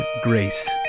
grace